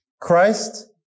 Christ